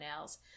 else